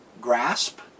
grasp